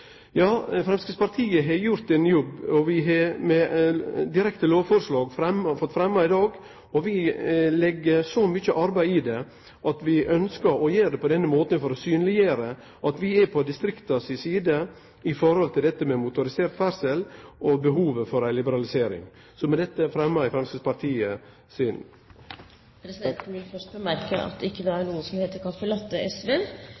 Framstegspartiet har gjort ein jobb. Vi har lagt fram eit direkte lovforslag i dag. Vi har lagt mykje arbeid i det, og vi ønskjer å gjere det på denne måten for å synleggjere at vi er på distrikta si side når det gjeld motorisert ferdsel og behovet for ei liberalisering. Med dette fremmer eg Framstegspartiet sitt forslag. Presidenten vil først bemerke at det ikke er noe som heter «caffè latte-SV». Ellers har representanten tatt opp det